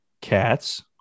cats